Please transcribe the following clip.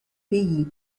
pays